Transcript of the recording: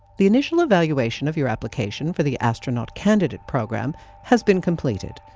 the initial evaluation of your application for the astronaut candidate program has been completed.